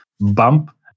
bump